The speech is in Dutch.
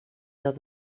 dat